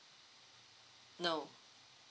no